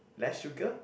less sugar